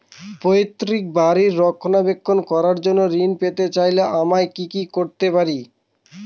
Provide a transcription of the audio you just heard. পৈত্রিক বাড়ির রক্ষণাবেক্ষণ করার জন্য ঋণ পেতে চাইলে আমায় কি কী করতে পারি?